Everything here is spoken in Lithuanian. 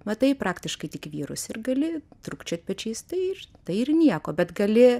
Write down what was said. matai praktiškai tik vyrus ir gali trūkčiot pečiais tai ir tai ir nieko bet gali